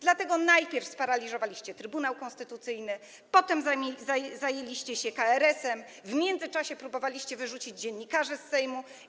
Dlatego najpierw sparaliżowaliście Trybunał Konstytucyjny, potem zajęliście się KRS-em, a w międzyczasie próbowaliście wyrzucić dziennikarzy z Sejmu.